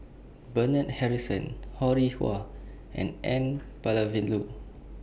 Bernard Harrison Ho Rih Hwa and N Palanivelu